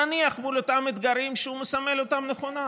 נניח, מול אותם אתגרים שהוא מסמן אותם נכונה: